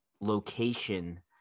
location